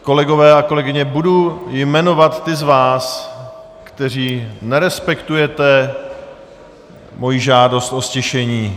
Kolegové a kolegyně, budu jmenovat ty z vás, kteří nerespektujete moji žádost o ztišení.